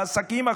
לעסקים הקורסים,